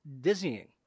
dizzying